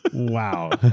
wow.